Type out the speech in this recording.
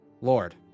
Lord